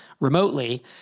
remotely